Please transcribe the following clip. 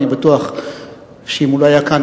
אני בטוח שאם לא היה כאן,